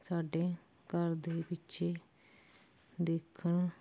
ਸਾਡੇ ਘਰ ਦੇ ਪਿੱਛੇ ਦੇਖਣ